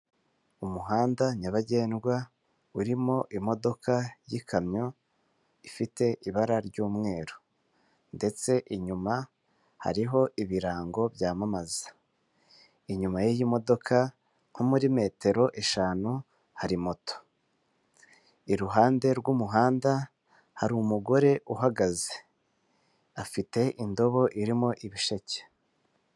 Umuhanda nyabagendwa urimo imodoka yikamyo ifite ibara ry'umweru, ndetse inyuma hariho ibirango byamamaza inyuma yimodoka, nko muri metero eshanu hari moto iruhande rw'umuhanda harirumu umugore uhagaze afite indobo irimo ibisheke.